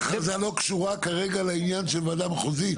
ההכרזה לא קשורה כרגע לעניין של הוועדה המחוזית.